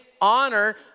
honor